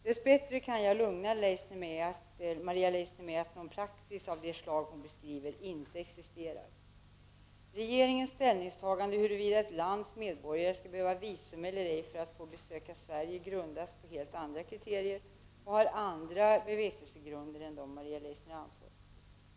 Dess bättre kan jag lugna Maria Leissner med att någon praxis av det slag hon beskriver inte existerar. Regeringens ställningstaganden till huruvida ett lands medborgare skall behöva visum eller ej för att få besöka Sverige grundas på helt andra kriterier och har andra bevekelsegrunder än de Maria Leissner anför.